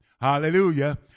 Hallelujah